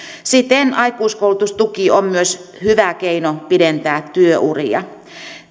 siten aikuiskoulutustuki on myös hyvä keino pidentää työuria